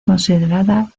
considerada